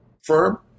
firm